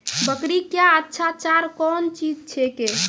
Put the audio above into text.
बकरी क्या अच्छा चार कौन चीज छै के?